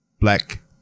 black